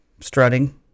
strutting